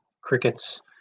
crickets